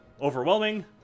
overwhelming